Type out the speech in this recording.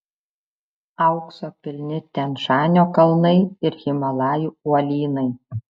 aukso pilni tian šanio kalnai ir himalajų uolynai